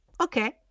Okay